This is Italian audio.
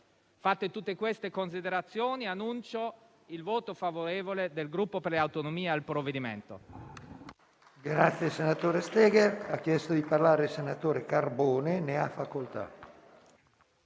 Fatte tutte queste considerazioni, annuncio il voto favorevole del Gruppo Per le Autonomie al provvedimento.